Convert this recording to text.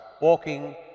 walking